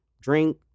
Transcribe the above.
drink